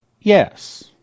Yes